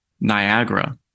Niagara